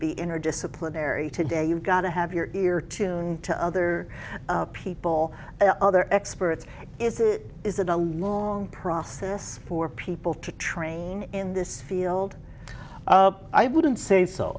be interdisciplinary today you've got to have your ear tuned to other people other experts is that a long process for people to train in this field i wouldn't say so